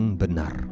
benar